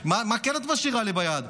מה את כן משאירה לי ביד?